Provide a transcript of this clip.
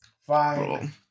Fine